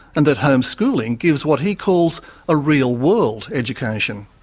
and that homeschooling gives what he calls a real world education.